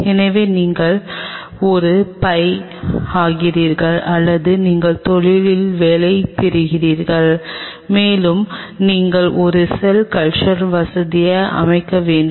எனவே நீங்கள் ஒரு பை ஆகிறீர்கள் அல்லது நீங்கள் தொழிலில் வேலை பெறுகிறீர்கள் மேலும் நீங்கள் ஒரு செல் கல்ச்சர் வசதியை அமைக்க வேண்டும்